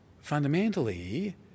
Fundamentally